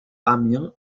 amiens